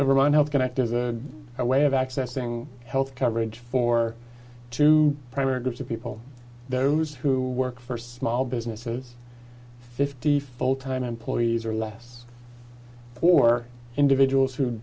so vermont health connect is a way of accessing health coverage for two primary groups of people those who work for small businesses fifty full time employees or less or individuals who